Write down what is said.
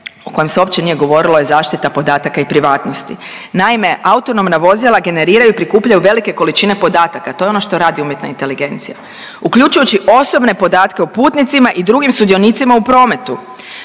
o kojem se uopće nije govorilo je zaštita podataka i privatnosti. Naime, autonomna vozila generiraju i prikupljaju velike količine podataka, to je ono što radi umjetna inteligencija, uključujući osobne podatke o putnicima i drugim sudionicima u prometu.